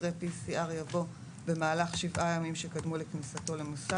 אחרי "PCR" יבוא "במהלך 7 הימים שקדמו לכניסתו למוסד".